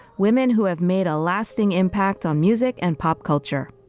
women who have made a lasting impact on music and pop culture.